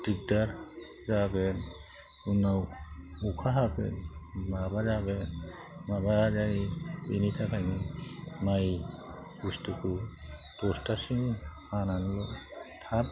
दिगदार जागोन उनाव अखा हागोन माबा जागोन माबा जायो बिनि थाखायनो माय बुस्थुखौ दसथासिम हानानै थाब